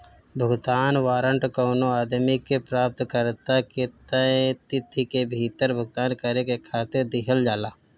भुगतान वारंट कवनो आदमी के प्राप्तकर्ता के तय तिथि के भीतर भुगतान करे खातिर दिहल जाला